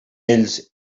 ells